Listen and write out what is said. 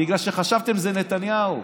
בגלל שחשבתם שזה נתניהו.